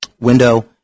window